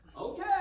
okay